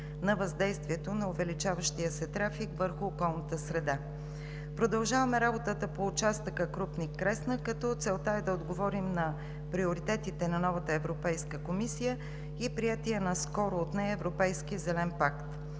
на въздействието на увеличаващия се трафик върху околната среда. Продължаваме работата по участъка „Крупник – Кресна“, като целта е да отговорим на приоритетите на новата Европейска комисия и приетия наскоро от нея Европейски зелен пакт.